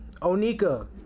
Onika